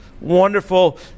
wonderful